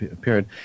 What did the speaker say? period